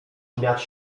śmiać